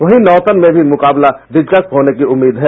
वहीं नौतन में भी मुकाबला दिलचस्प होने की उम्मीद है